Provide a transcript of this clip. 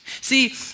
See